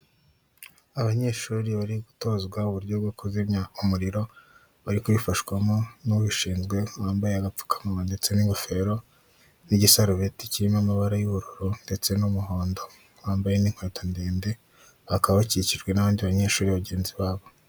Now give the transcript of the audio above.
Abanyeshuri bari gutozwa uburyo bwo kuzimya umuriro bari kwiyifashwamo n'uwushinzwe wambaye agapfukamuma, ndetse n'ingofero n'igisarubeti kirimo amabara y'ubururu ndetse n'umuhondo wambaye n'inkweto ndende bakaba bakikijwe ndi banyeshuri bagenzi babo.